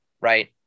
right